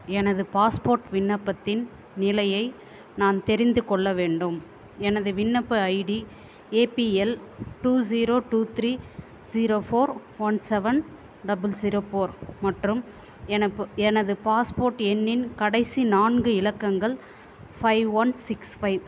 எனது பாஸ்போர்ட் விண்ணப்பத்தின் நிலையை நான் தெரிந்து கொள்ள வேண்டும் எனது விண்ணப்ப ID APL two zero two three zero four one seven double zero four மற்றும் எனப்பு எனது பாஸ்போர்ட் எண்ணின் கடைசி நான்கு இலக்கங்கள் ஃபைவ் ஒன் சிக்ஸ் ஃபைவ்